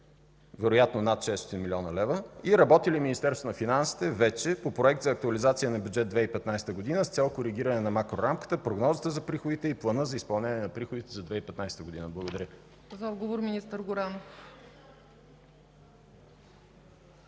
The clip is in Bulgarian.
вероятно над 600 млн. лв., и работи ли Министерството на финансите вече по проект за актуализация на Бюджет 2015 г. с цел коригиране на макрорамката, прогнозата за приходите и плана за изпълнение на приходите за 2015 г.? Благодаря. ПРЕДСЕДАТЕЛ ЦЕЦКА